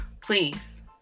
please